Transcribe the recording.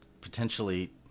potentially